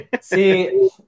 See